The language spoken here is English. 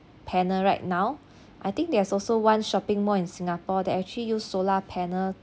panel right now I think there's also one shopping mall in singapore that actually use solar panel